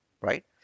right